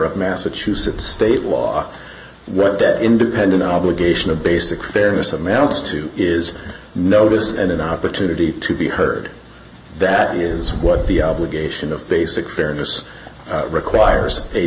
of massachusetts state law that independent obligation of basic fairness amounts to is notice and an opportunity to be heard that is what the obligation of basic fairness requires a